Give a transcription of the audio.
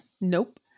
Nope